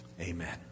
Amen